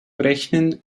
rechnen